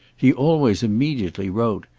he always immediately wrote,